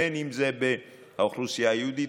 בין אם זו האוכלוסייה היהודית,